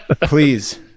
Please